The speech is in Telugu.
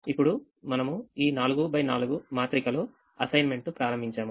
ఇప్పుడు మనము ఈ 4 x 4 మాత్రికలో అసైన్మెంట్ ప్రారంభించాము